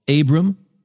Abram